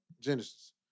Genesis